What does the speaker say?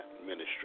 ministry